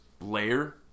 layer